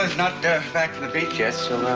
not back from the beach yet, so.